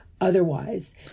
otherwise